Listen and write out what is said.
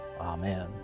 Amen